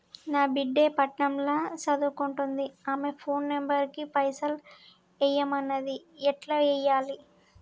నా బిడ్డే పట్నం ల సదువుకుంటుంది ఆమె ఫోన్ నంబర్ కి పైసల్ ఎయ్యమన్నది ఎట్ల ఎయ్యాలి?